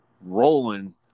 rolling